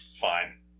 fine